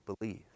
believe